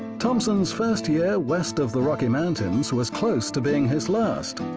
thompson's first year west of the rocky mountains was close to being his last.